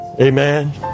Amen